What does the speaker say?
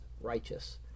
Righteous